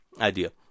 idea